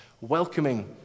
welcoming